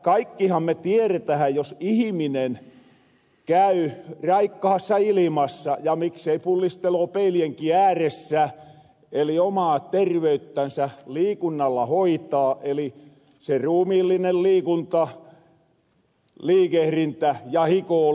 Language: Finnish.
kaikkihan me tieretähän että jos ihiminen käy raikkahassa ilimassa ja miksei pullisteloo peilienkin ääressä niin hän omaa terveyttänsä liikunnalla hoitaa eli se ruumiillinen liikunta liikehrintä ja hikoolu